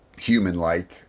human-like